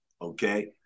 okay